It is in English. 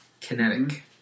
Kinetic